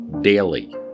Daily